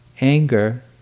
anger